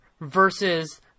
versus